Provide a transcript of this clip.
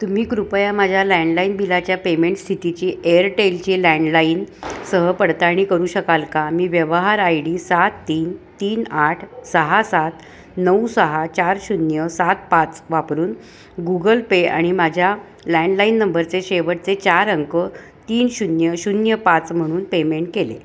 तुम्ही कृपया माझ्या लँडलाईन बिलाच्या पेमेंट स्थितीचे एअरटेलचे लँडलाईन सह पडताळणी करू शकाल का मी व्यवहार आय डी सात तीन तीन आठ सहा सात नऊ सहा चार शून्य सात पाच वापरून गुगल पे आणि माझ्या लँडलाईन नंबरचे शेवटचे चार अंक तीन शून्य शून्य पाच म्हणून पेमेंट केले